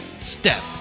step